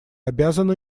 обязаны